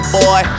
boy